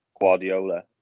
Guardiola